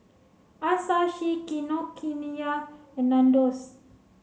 Asahi Kinokuniya and Nandos